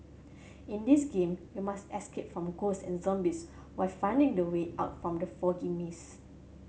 in this game you must escape from ghost and zombies while finding the way out from the foggy maze